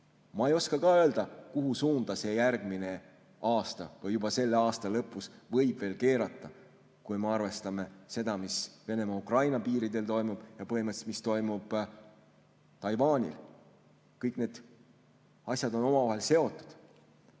Ma ei oska ka öelda, kuhu suunda see järgmisel aastal või juba selle aasta lõpus võib veel keerata, kui me arvestame seda, mis Venemaa ja Ukraina piiridel toimub, ja seda, mis põhimõtteliselt toimub Taiwanil. Kõik need asjad on omavahel seotud.